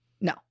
No